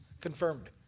Confirmed